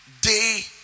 day